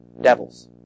devils